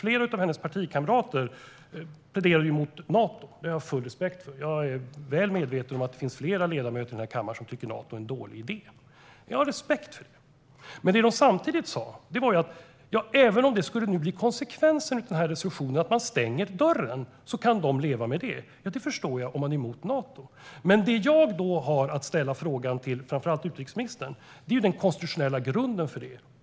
Flera av hennes partikamrater pläderade ju emot Nato. Det har jag full respekt för. Jag är väl medveten om att det finns flera ledamöter i den här kammaren som tycker att Nato är en dålig idé. Jag har respekt för det. Men det de samtidigt sa var att om konsekvensen av den här resolutionen skulle bli att man stänger dörren till Nato kan de leva med det. Det förstår jag - om man är emot Nato. Det jag då har att fråga framför allt utrikesministern om är den konstitutionella grunden.